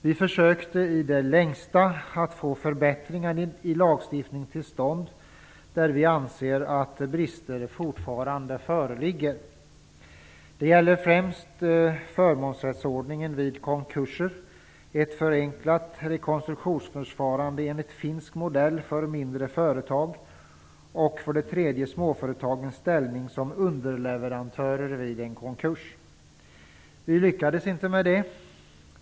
Vi försökte i det längsta att få förbättringar i lagstiftningen till stånd, där vi anser att brister fortfarande föreligger. Det gäller främst förmånsrättsordningen vid konkurser, ett förenklat rekonstruktionsförfarande enligt finsk modell för mindre företag och småföretagens ställning som underleverantörer vid en konkurs. Vi lyckades inte med detta.